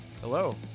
hello